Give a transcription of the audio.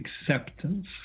acceptance